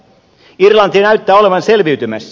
irlanti näyttää olevan selviytymässä